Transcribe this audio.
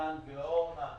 מי העלה את העניין, מתן כהנא?